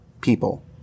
people